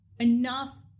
enough